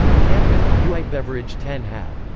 kampen uitgeverij ten have.